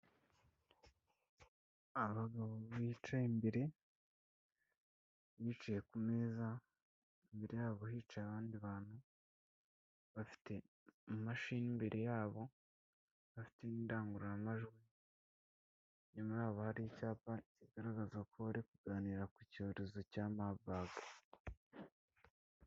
Abagabo bicaye imbere, bicaye ku meza, imbere yabo hica abandi bantu bafite amashini imbere yabo bafite indangururamajwi, inyuma yabo hari icyapa kigaragaza ko bari kuganira ku cyorezo cya mabaga.